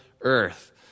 earth